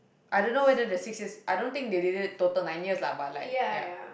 I don't know whether the six years I don't think they did it total nine years lah but like ya